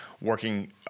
working